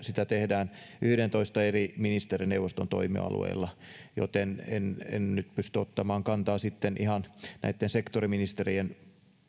sitä tehdään ministerineuvostossakin yhdellätoista eri ministerineuvoston toimialueella joten en en nyt pysty ottamaan kantaa sitten ihan näitten sektoriministerien